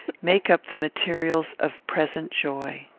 make up the materials of present joy.